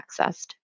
accessed